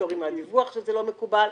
הפטורים מהדיווח שזה לא מקובל,